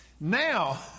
Now